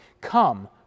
come